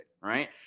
Right